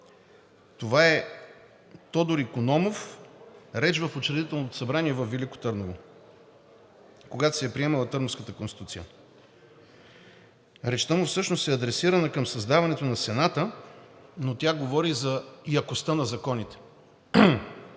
Това е Тодор Икономов – реч в Учредителното събрание във Велико Търново, когато се е приемала Търновската конституция. Речта му всъщност е адресирана към създаването на Сената, но тя говори и за якостта на законите.